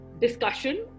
discussion